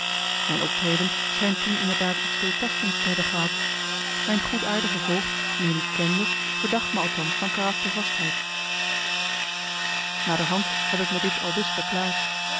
mijn optreden schijnt toen inderdaad iets doortastends te hebben gehad mijn goedaardige voogd die me niet kende verdacht me althans van karaktervastheid naderhand heb ik me dit aldus verklaard